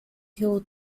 hill